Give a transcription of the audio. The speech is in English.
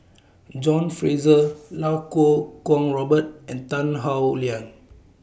John Fraser Iau Kuo Kwong Robert and Tan Howe Liang